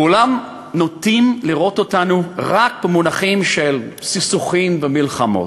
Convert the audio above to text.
בעולם נוטים לראות אותנו רק במונחים של סכסוכים ומלחמות.